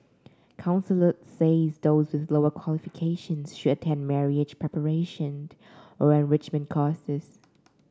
counsellors said those with lower qualifications should attend marriage preparation or enrichment courses